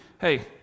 Hey